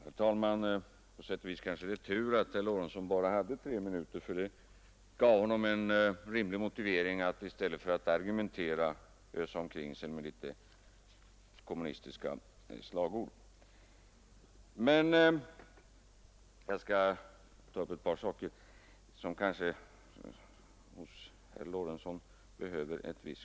Herr talman! På sätt och vis kanske det var tur att herr Lorentzon bara hade tre minuter på sig. Det gav honom en rimlig motivering att i stället för att argumentera strö omkring sig kommunistiska slagord. Men jag skall ta upp ett par saker som kanske ändå något behöver klarläggas.